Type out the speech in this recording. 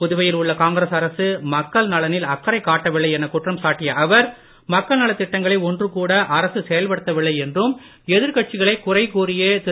புதுவையில் உள்ள காங்கிரஸ் அரசு மக்கள் நலனில் அக்கறை காட்டவில்லை என குற்றம் சாட்டிய அவர் மக்கள் நலத் திட்டங்கள் ஒன்று கூட அரசு செயல்படுத்த வில்லை என்றும் எதிர்கட்சிகளை குறை கூறியே திரு